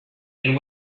and